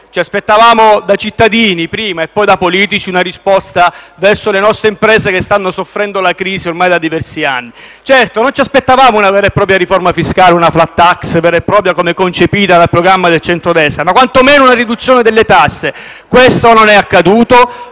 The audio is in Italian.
ci aspettavamo, da cittadini prima e da politici poi, una risposta verso le nostre imprese, che stanno soffrendo la crisi ormai da diversi anni. Certo, non ci aspettavamo una vera e propria riforma fiscale, una *flat tax* vera e propria, così come concepita dal programma del centrodestra, ma quantomeno una riduzione delle tasse. Questo non è accaduto,